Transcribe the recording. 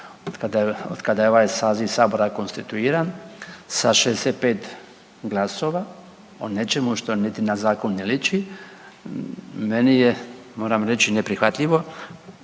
od kada je ovaj saziv Sabora konstituiran sa 65 glasova, o nečemu što niti na zakon ne liči, meni je, moram reći, neprihvatljivo